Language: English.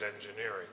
Engineering